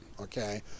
okay